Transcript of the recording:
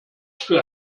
für